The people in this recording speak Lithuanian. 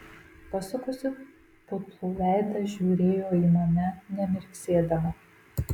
pasukusi putlų veidą žiūrėjo į mane nemirksėdama